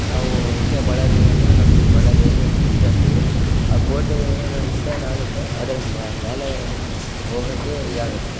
ನಾವು ಇಲ್ಲಿ ಬಳ್ಳಾರೀಲಿ ಅಂದರೆ ನಮ್ಮ ಬಳ್ಳಾರಿ ಅಲ್ಲಿ ಕೋಟೆ ಅಂತಿದೆ ಆ ಕೋಟೆ ಏನು ಇಷ್ಟಾನಾಗತ್ತೆ ಆದರೆ ಮೇಲೆ ಹೋಗೋಕೆ ಇದಾಗುತ್ತೆ